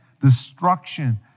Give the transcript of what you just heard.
destruction